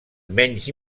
menys